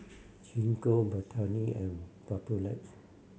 Gingko Betadine and Papulex